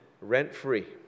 rent-free